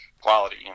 quality